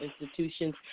institutions